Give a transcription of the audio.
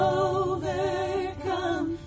overcome